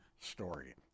story